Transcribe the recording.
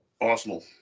Arsenal